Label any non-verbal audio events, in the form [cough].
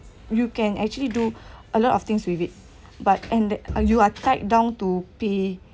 you can actually do [breath] a lot of things with it but and that you are tied down to pay